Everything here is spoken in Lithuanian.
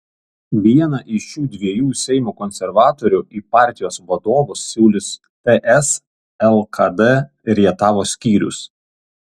vieną iš šių dviejų seimo konservatorių į partijos vadovus siūlys ts lkd rietavo skyrius